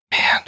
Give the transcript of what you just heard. Man